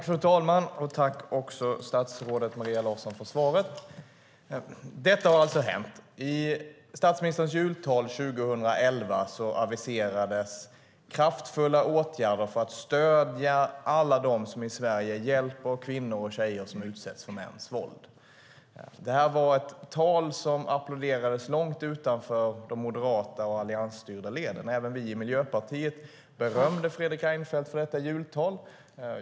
Fru talman! Tack, statsrådet Maria Larsson, för svaret! Detta har alltså hänt. I statsministerns jultal 2011 aviserades kraftfulla åtgärder för att stödja alla dem som i Sverige hjälper kvinnor och tjejer som utsätts för mäns våld. Detta var ett tal som applåderades långt utanför de moderata och alliansstyrda leden. Även vi i Miljöpartiet berömde Fredrik Reinfeldt för detta jultal.